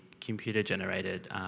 computer-generated